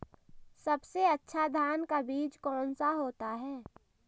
सबसे अच्छा धान का बीज कौन सा होता है?